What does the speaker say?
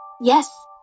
yes